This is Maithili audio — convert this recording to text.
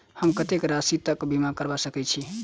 हम कत्तेक राशि तकक बीमा करबा सकै छी?